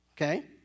Okay